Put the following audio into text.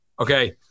okay